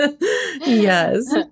Yes